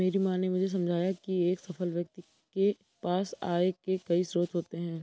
मेरी माँ ने मुझे समझाया की एक सफल व्यक्ति के पास आय के कई स्रोत होते हैं